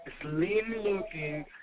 slim-looking